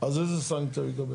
אז איזה סנקציה יקבל?